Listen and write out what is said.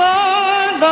Lord